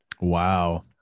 wow